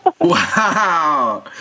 Wow